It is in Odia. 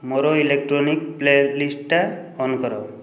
ମୋର ଇଲେକ୍ଟ୍ରୋନିକ୍ ପ୍ଲେଲିଷ୍ଟ୍ଟା ଅନ୍ କର